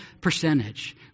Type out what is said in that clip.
percentage